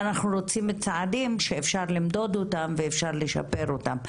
ואנחנו רוצים צעדים שאפשר למדוד אותם ואפשר לשפר אותם,